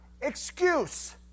excuse